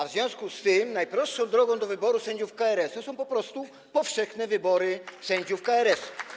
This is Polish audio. W związku z tym najprostszą drogą do wyboru sędziów KRS są po prostu powszechne wybory sędziów KRS.